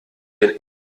den